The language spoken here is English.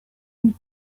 him